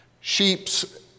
sheeps